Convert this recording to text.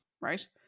Right